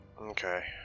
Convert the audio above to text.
Okay